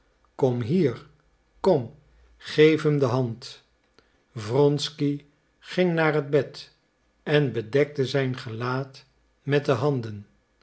kom hier kom geef hem de hand wronsky ging naar het bed en bedekte zijn gelaat met de handen